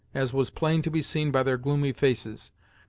as was plain to be seen by their gloomy faces.